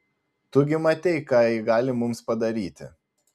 tu gi matei ką ji gali mums padaryti